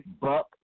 Buck